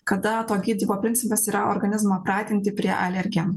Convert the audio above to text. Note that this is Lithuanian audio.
kada to gydymo principas yra organizmo pratinti prie alergenų